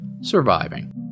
surviving